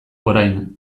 orain